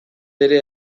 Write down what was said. ere